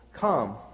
come